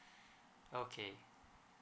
okay